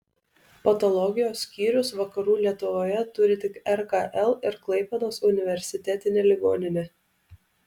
patologijos skyrius vakarų lietuvoje turi tik rkl ir klaipėdos universitetinė ligoninė